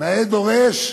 נאה דורש,